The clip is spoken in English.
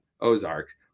Ozarks